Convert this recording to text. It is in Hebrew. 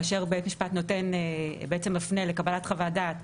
כאשר בית משפט בעצם מפנה לקבלת חוות דעת,